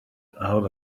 out